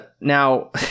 Now